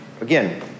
again